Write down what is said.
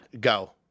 go